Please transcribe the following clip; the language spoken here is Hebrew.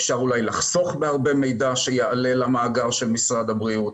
אפשר גם לחסוך בהרבה מידע שיעלה למאגר של משרד הבריאות,